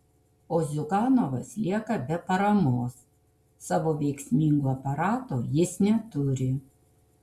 o ziuganovas lieka be paramos savo veiksmingo aparato jis neturi